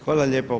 Hvala lijepo.